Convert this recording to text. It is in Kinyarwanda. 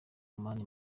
mani